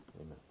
Amen